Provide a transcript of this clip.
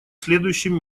следующем